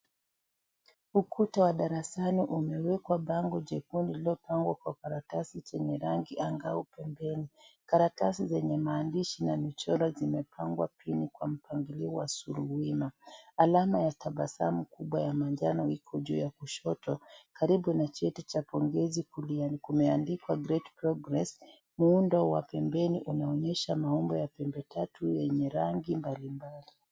Ukuta wa darasani umewekwa bango jekundu lililopangwa kwa karatasi chenye rangi angavu pembeni. Karatasai zenye rangi na michoro zimepangwa chini kwa mpangilio wa suruwima. Alama ya tabasamu kubwa ya manjano iko juu ya kushoto. Karibu na cheti cha pongezi kumeandikwa great progress . Muundo wa pembeni unaonyesha maumbo ya pembe tatu yenye rangi mbalimbali.